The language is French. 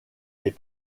des